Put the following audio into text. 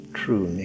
true